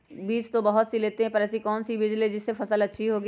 बीज तो बहुत सी लेते हैं पर ऐसी कौन सी बिज जिससे फसल अच्छी होगी?